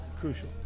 crucial